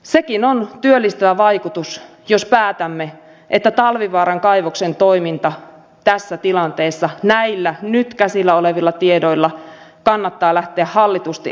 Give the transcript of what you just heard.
sekin on työllistävä vaikutus jos päätämme että talvivaaran kaivoksen toimintaa tässä tilanteessa näillä nyt käsillä olevilla tiedoilla kannattaa lähteä hallitusti alas ajamaan